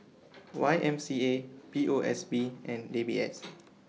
Y M C A P O S B and D B S